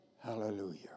Hallelujah